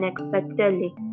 unexpectedly